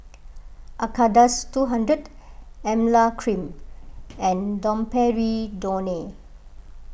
Acardust two hundred Emla Cream and Domperidone